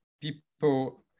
people